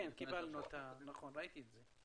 כן, קיבלנו, ראיתי את זה,